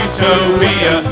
Utopia